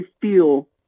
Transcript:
feel